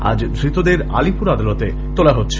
আজ ধৃতদের আলিপূর আদালতে তোলা হচ্ছে